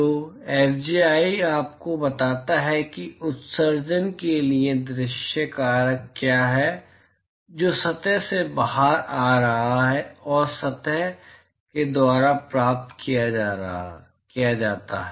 तो फिज आपको बताता है कि उत्सर्जन के लिए दृश्य कारक क्या है जो सतह से बाहर आ रहा है और सतह जे द्वारा प्राप्त किया जाता है